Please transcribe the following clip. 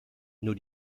nur